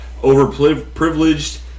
overprivileged